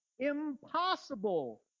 impossible